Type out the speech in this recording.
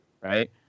Right